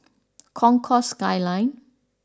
Concourse Skyline